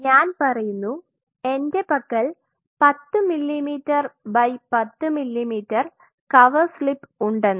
ഞാൻ പറയുന്നു എൻറെ പക്കൽ 10 millimetre by 10 millimetre cover slip ഉണ്ടെന്ന്